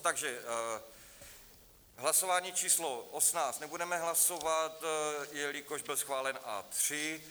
Takže hlasování číslo osmnáct nebudeme hlasovat, jelikož byl schválen A3.